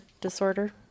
disorder